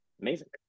amazing